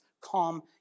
calm